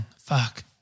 Fuck